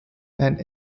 and